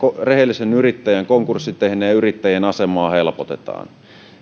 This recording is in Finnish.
rehellisen konkurssin tehneen yrittäjän asemaa helpotetaan